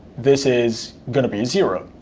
this is going to be zero,